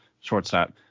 shortstop